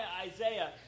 Isaiah